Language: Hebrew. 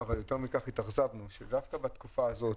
לראות שדווקא בתקופה הזאת,